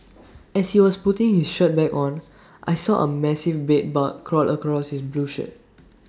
as he was putting his shirt back on I saw A massive bed bug crawl across his blue shirt